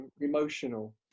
emotional